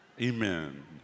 Amen